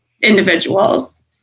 individuals